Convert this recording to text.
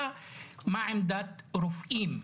מה עמדת רופאים?